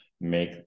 make